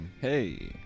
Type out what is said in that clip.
Hey